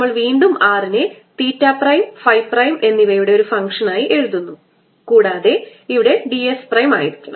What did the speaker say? നമ്മൾ വീണ്ടും R നെ തീറ്റ പ്രൈം ഫൈ പ്രൈം എന്നിവയുടെ ഒരു ഫംഗ്ഷൻ ആയി എഴുതുന്നു കൂടാതെ ഇവിടെ d s പ്രൈം ആയിരിക്കണം